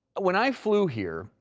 when i flew here,